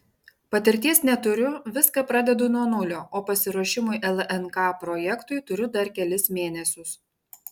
patirties neturiu viską pradedu nuo nulio o pasiruošimui lnk projektui turiu dar kelis mėnesius